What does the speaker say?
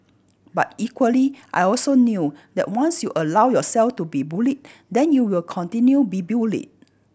but equally I also knew that once you allow yourself to be bullied then you will continue be bullied